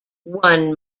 one